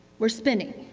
we are spinning.